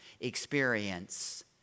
experience